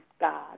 God